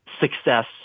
success